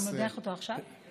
אתה מניח אותו עכשיו?